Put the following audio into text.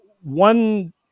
one